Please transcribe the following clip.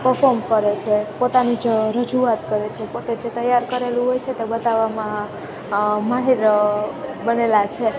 perform કરે છે પોતાની જ રજૂઆત કરે છે પોતે જે તૈયાર કરેલું હોય છે તે બતાવવામાં માહિર બનેલા છે